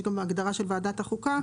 יבוא: ""ועדה של הכנסת" ועדת החוקה,